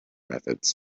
methods